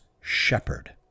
shepherd